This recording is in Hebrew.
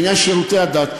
בעניין שירותי הדת,